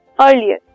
earlier